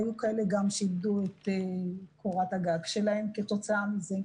היו כאלה שאיבדו גם את קורת הגג שלהם כתוצאה מזה.